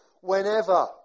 whenever